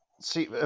see